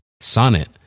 Sonnet